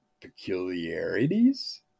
peculiarities